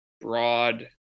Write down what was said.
broad